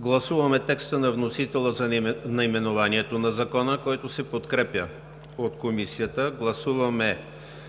Гласуваме текста на вносителя за наименованието на Закона, който се подкрепя от Комисията; гласуваме